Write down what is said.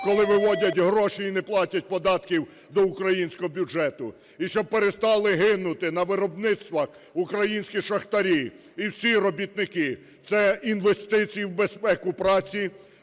коли виводять гроші і не платять податків до українського бюджету. І щоб перестали гинути на виробництвах українські шахтарі і всі робітники. Це інвестиції в безпеку праці,